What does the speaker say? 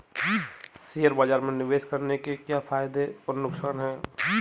Share बाज़ार में निवेश करने के क्या फायदे और नुकसान हैं?